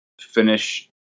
finish